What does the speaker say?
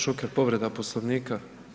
G. Šuker, povreda Poslovnika.